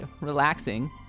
relaxing